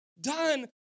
done